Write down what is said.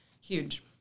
huge